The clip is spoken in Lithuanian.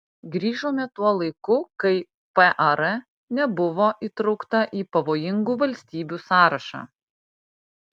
grįžome tuo laiku kai par nebuvo įtraukta į pavojingų valstybių sąrašą